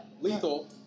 lethal